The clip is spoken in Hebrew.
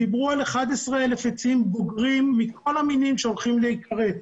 דיברו על 11 אלף עצים בוגרים מכל המינים שהולכים להיכרת.